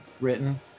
written